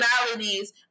personalities